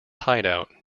hideout